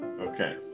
Okay